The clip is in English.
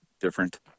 different